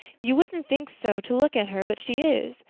you wouldn't think so to look at her, but she is.